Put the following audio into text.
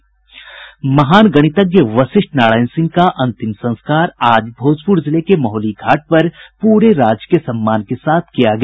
महान गणितज्ञ वशिष्ठ नारायण सिंह का अंतिम संस्कार आज भोजपुर जिले के महुली घाट पर पूरे राजकीय सम्मान के साथ किया गया